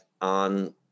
on